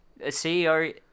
CEO